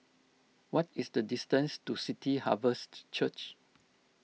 what is the distance to City Harvest Church